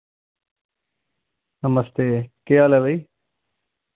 नमस्ते केह् हाल ऐ भाई